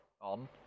on